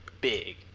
Big